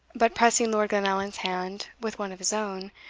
but, pressing lord glenallan's hand with one of his own,